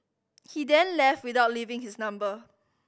he then left without leaving his number